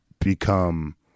become